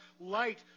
light